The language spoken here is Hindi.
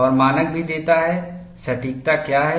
और मानक भी देता है सटीकता क्या है